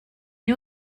you